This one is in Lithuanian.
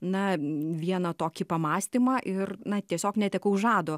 na vieną tokį pamąstymą ir na tiesiog netekau žado